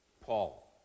Paul